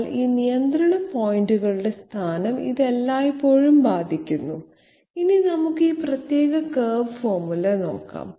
എന്നാൽ ഈ നിയന്ത്രണ പോയിന്റുകളുടെ സ്ഥാനം ഇത് എല്ലായ്പ്പോഴും ബാധിക്കുന്നു ഇനി നമുക്ക് ഈ പ്രത്യേക കർവ് ഫോർമുല നോക്കാം